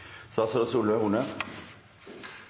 statsråd Solveig Horne.